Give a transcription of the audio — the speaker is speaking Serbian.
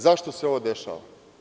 Zašto se ovo dešava?